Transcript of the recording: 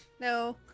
No